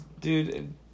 dude